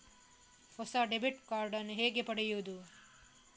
ಹೊಸ debit card ನ್ನು ಹೇಗೆ ಪಡೆಯುದು?